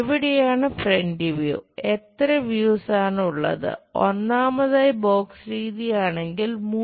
എവിടെയാണ് front view